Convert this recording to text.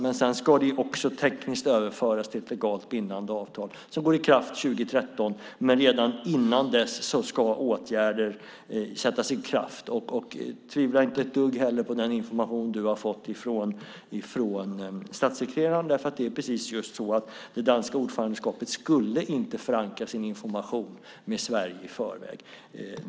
Men sedan ska det också tekniskt överföras till ett legalt bindande avtal som träder i kraft år 2013. Men redan innan dess ska åtgärder sättas i kraft så att säga. Tvivla inte heller ett dugg på den information som du har fått från statssekreteraren! Det är nämligen just så att det danska ordförandeskapet inte i förväg skulle förankra sin information med Sverige.